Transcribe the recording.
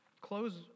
close